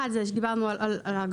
אחד הוא שדיברנו על ההגבלות,